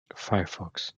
firefox